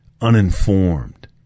uninformed